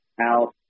out